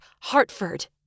Hartford